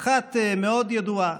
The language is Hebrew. האחת מאוד ידועה: